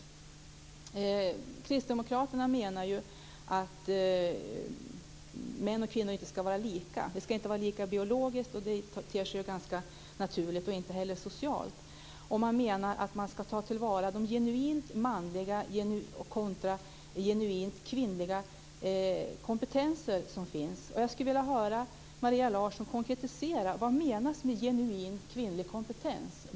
Kristdemokraterna menar att män och kvinnor inte ska vara lika biologiskt - det ter sig ganska naturligt - och inte heller socialt. Man menar att vi ska ta till vara de genuint manliga och genuint kvinnliga kompetenser som finns. Jag skulle vilja höra Maria Larsson konkretisera sig: Vad menas med genuint kvinnliga kompetens?